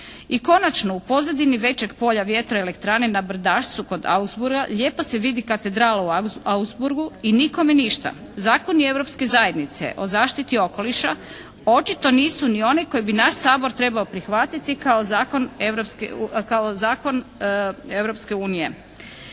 I konačno, u pozadini većeg polja vjetroelektrane na brdašcu kod Augsburga lijepo se vidi katedrala u Augsburgu i nikome ništa. Zakoni europske zajednice o zaštiti okoliša očito nisu ni oni koje bi naš Sabor trebao prihvatiti kao zakon Europske unije.